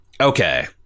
Okay